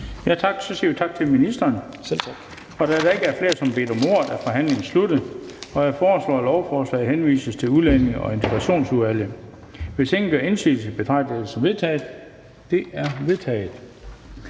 bemærkninger. Da der ikke er flere, som har bedt om ordet, er forhandlingen sluttet. Jeg foreslår, at forslaget henvises til Udlændinge- og Integrationsudvalget. Hvis ingen gør indsigelse, betragter jeg dette som vedtaget. Det er vedtaget.